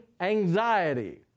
anxiety